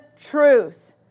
truth